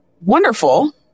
Wonderful